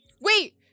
Wait